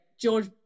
George